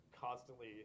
constantly